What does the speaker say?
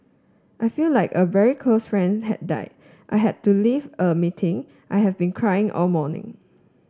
I feel like a very close friend had died I had to leave a meeting I have been crying all morning